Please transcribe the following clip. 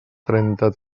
trenta